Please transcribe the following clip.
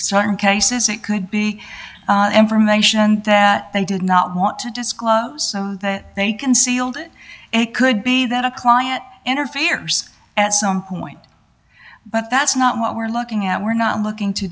certain cases it could be information that they did not want to disclose so they concealed it it could be that a client interferes at some point but that's not what we're looking at we're not looking to